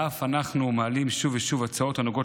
ואף אנחנו מעלים שוב ושוב הצעות הנוגעות